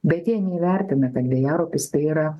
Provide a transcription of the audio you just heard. bet jie neįvertina kad vėjaraupis tai yra